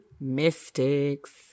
mystics